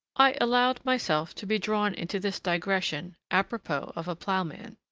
i allowed myself to be drawn into this digression apropos of a ploughman.